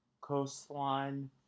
coastline